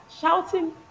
shouting